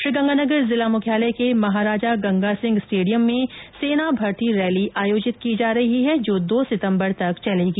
श्रीगंगानगर जिला मुख्यालय के महाराजा गंगासिंह स्टेडियम में सेना भर्ती रैली आयोजित की जा रही है जो दो सितम्बर तक चलेगी